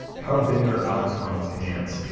how big are alex honnold's hands?